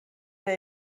der